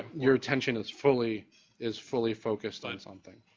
your attention is fully is fully focused on something.